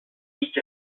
each